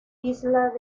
islas